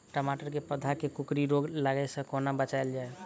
टमाटर केँ पौधा केँ कोकरी रोग लागै सऽ कोना बचाएल जाएँ?